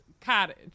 cottage